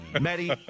Matty